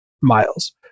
miles